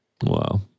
Wow